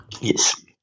Yes